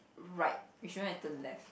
right we shouldn't have turn left